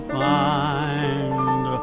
find